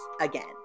again